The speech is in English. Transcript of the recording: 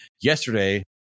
Yesterday